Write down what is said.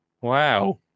Wow